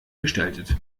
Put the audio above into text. gestaltet